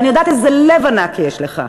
ואני יודעת איזה לב ענק יש לך,